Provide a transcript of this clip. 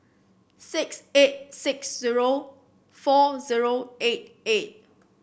six eight six zero four zero eight eight